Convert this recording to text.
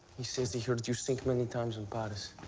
he says he heard you sing many times in paris.